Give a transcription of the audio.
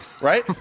Right